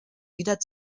wieder